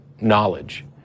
knowledge